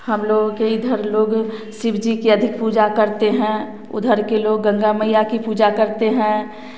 हम लोगों के इधर लोग शिवजी की अधिक पूजा करते हैं उधर के लोग गंगा मईया की पूजा करते हैं